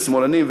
שמאלנים,